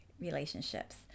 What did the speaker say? relationships